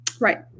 Right